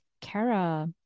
Kara